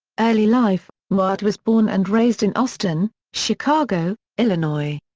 early life newhart was born and raised in austin, chicago, illinois.